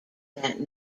that